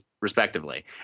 respectively